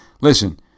listen